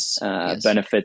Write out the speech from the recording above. benefit